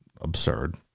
absurd